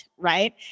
right